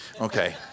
Okay